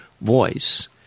voice